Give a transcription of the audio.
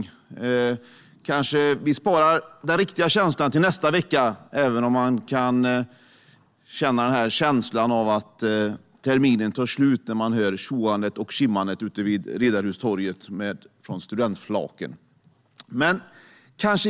Vi kanske sparar den riktiga känslan till nästa vecka, även om man kan ha känslan av att terminen tar slut när man hör allt tjo och tjim ute vid Riddarhustorget från studentflaken.